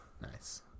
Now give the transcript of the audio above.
nice